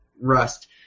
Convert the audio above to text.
Rust